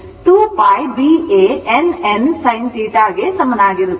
2πBANnsinθ ಗೆ ಸಮನಾಗಿರುತ್ತದೆ